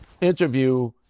interview